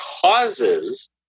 causes